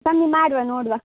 ಕಮ್ಮಿ ಮಾಡುವ ನೋಡುವ